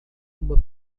uma